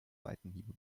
seitenhiebe